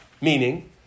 meaning